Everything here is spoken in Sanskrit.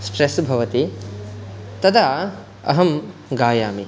स्ट्रेस् भवति तदा अहं गायामि